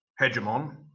hegemon